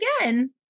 again